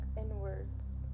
inwards